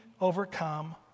overcome